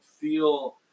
feel